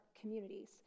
communities